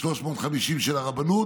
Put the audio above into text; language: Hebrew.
350 של הרבנות